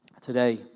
today